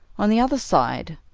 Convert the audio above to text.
on the other side,